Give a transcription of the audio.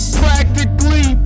practically